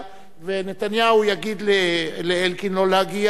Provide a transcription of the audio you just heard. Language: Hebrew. ונתניהו יגיד לאלקין לא להגיע,